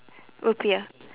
rupiah